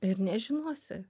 ir nežinosi